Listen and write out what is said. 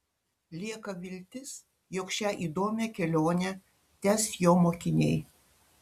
lieka viltis jog šią įdomią kelionę tęs jo mokiniai